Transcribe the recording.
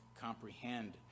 comprehend